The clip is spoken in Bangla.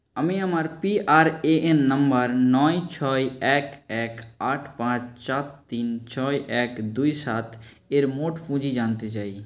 আমি আমার পিআরএএন নম্বর নয় ছয় এক এক আট পাঁচ চার তিন ছয় এক দুই সাতের মোট পুঁজি জানতে চাই